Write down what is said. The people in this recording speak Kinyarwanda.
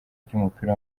ry’umupira